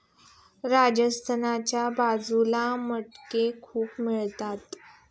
राजस्थानच्या बाजूला मटकी खूप मिळतात